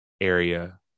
area